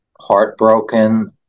heartbroken